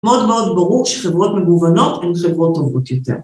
מאוד מאוד ברור שחברות מגוונות הן חברות טובות יותר.